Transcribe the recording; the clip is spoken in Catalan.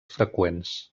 freqüents